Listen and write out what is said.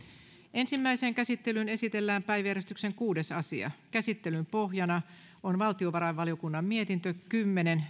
ensimmäiseen käsittelyyn esitellään päiväjärjestyksen kuudes asia käsittelyn pohjana on valtiovarainvaliokunnan mietintö kymmenen